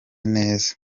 neza